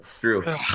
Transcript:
true